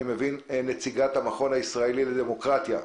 נציגת המכון הישראלי לדמוקרטיה.